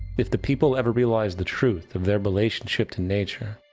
if the people ever realize the truth of their relationship to nature,